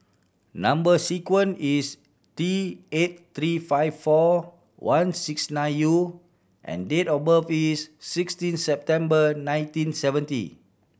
number sequence is T eight three five four one six nine U and date of birth is sixteen September nineteen seventy